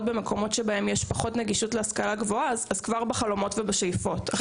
במקומות שיש בהם פחות נגישות להשכלה גבוהה אז כבר בחלומות ובשאיפות,